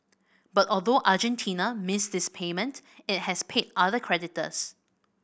but although Argentina missed this payment it has paid other creditors